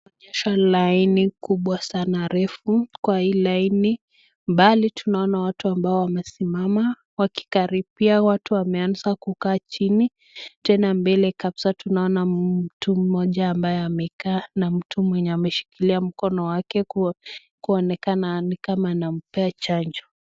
Unaonyesha laini kubwa sana refu. Kwa hii laini mbali tunaona watu ambao wamesimama. Kwa wakikaribu watu wameanza kukaa chini. Tena mbele kabisa tunaona mtu mmoja ambaye amekaa na mtu mwenye ameshikilia mkono wake kuonekana ni kama anampea chanjo.